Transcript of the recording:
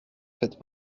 faites